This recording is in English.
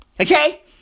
okay